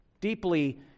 deeply